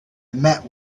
met